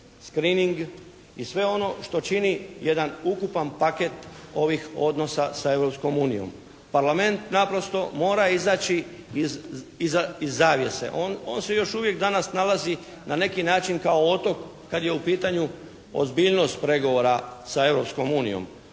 screening i sve ono što čini jedan ukupan paket ovih odnosa sa Europskom unijom. Parlament naprosto mora izaći iza zavjese. On se još uvijek danas nalazi na neki način kao otok kad je u pitanju ozbiljnost pregovora sa